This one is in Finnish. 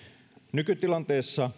nykytilanteessa